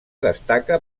destaca